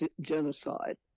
genocide